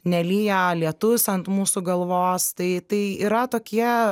nelyja lietus ant mūsų galvos tai tai yra tokie